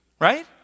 right